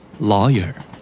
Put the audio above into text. Lawyer